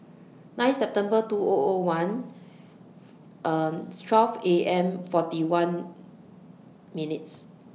nine September two O O one A M forty one minutes